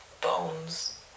bones